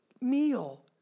meal